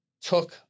took